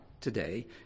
today